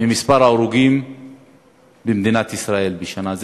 ממספר ההרוגים במדינת ישראל בשנה.